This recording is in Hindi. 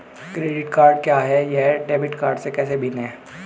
क्रेडिट कार्ड क्या है और यह डेबिट कार्ड से कैसे भिन्न है?